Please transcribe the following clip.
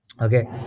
okay